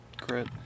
crit